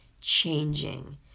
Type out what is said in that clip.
changing